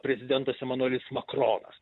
prezidentas emanuelis makronas